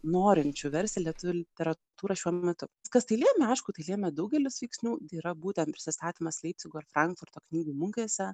norinčių versti lietuvių literatūrą šiuo metu kas tai lėmė aišku tai lėmė daugelis veiksnių tai yra būtent prisistatymas leipcigo ir frankfurto knygų mugėse